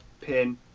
Pin